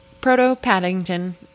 proto-Paddington